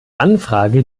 anfrage